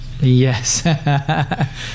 Yes